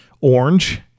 orange